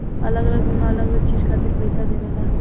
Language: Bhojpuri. अलग अलग बीमा अलग अलग चीज खातिर पईसा देवेला